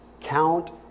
Count